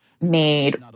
made